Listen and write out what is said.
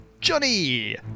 Johnny